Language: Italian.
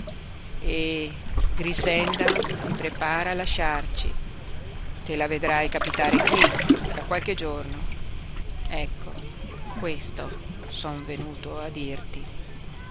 e grixenda si prepara a lasciarci te la vedrai capitare qui fra qualche giorno ecco questo son venuto a dirti